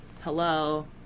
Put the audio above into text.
hello